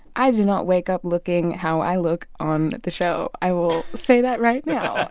i do not wake up looking how i look on the show, i will say that right now